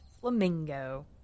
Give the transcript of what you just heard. flamingo